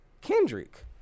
Kendrick